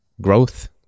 Growth